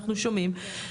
אנחנו שומעים.